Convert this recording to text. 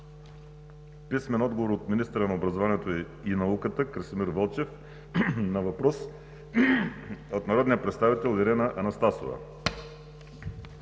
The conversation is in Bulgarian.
Христова; - министъра на образованието и науката Красимир Вълчев на въпрос от народния представител Ирена Анастасова;